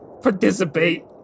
participate